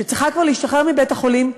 שצריכה כבר להשתחרר מבית-החולים,